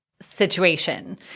situation